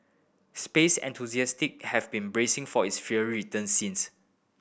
space enthusiast have been bracing for its fiery return since